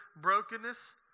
brokenness